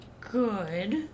good